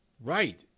right